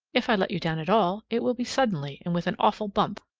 if i let you down at all, it will be suddenly and with an awful bump.